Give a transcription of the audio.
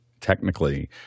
technically